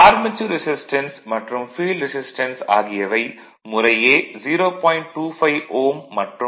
armature resistance மற்றும் field resistance ஆகியவை முறையே 0